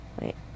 Wait